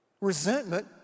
Resentment